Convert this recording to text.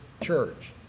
church